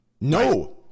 no